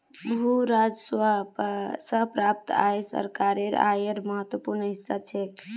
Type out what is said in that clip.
भू राजस्व स प्राप्त आय सरकारेर आयेर महत्वपूर्ण हिस्सा छेक